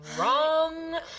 wrong